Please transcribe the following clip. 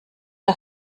der